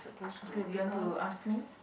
okay you want to ask me